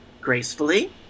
gracefully